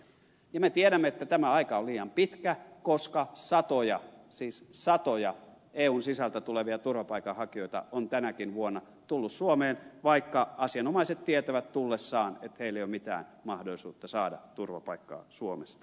ja me tiedämme että tämä aika on liian pitkä koska satoja siis satoja eun sisältä tulevia turvapaikanhakijoita on tänäkin vuonna tullut suomeen vaikka asianomaiset tietävät tullessaan että heillä ei ole mitään mahdollisuutta saada turvapaikkaa suomesta